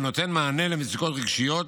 שנותן מענה למצוקות רגשיות,